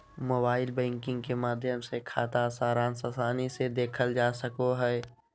mobile banking के माध्यम से खाता सारांश आसानी से देखल जा सको हय